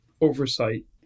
oversight